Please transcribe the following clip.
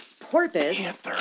porpoise